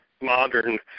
modern